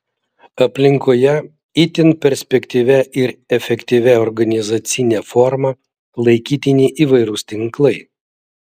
aplinkoje itin perspektyvia ir efektyvia organizacine forma laikytini įvairūs tinklai